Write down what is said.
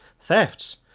thefts